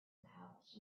pouch